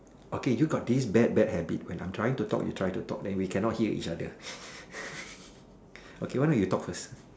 okay you got this bad bad habit when I'm trying to talk you try to talk then we can not hear each other okay why not you talk first